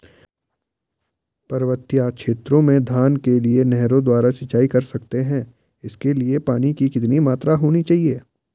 पर्वतीय क्षेत्रों में धान के लिए नहरों द्वारा सिंचाई कर सकते हैं इसके लिए पानी की कितनी मात्रा होनी चाहिए?